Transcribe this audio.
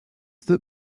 that